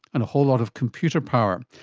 and a whole lot of computer power.